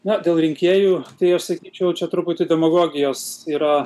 na dėl rinkėjų tai aš sakyčiau čia truputį demagogijos yra